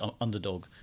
underdog